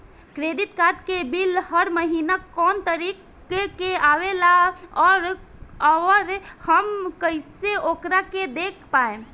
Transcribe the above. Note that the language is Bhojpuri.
क्रेडिट कार्ड के बिल हर महीना कौना तारीक के आवेला और आउर हम कइसे ओकरा के देख पाएम?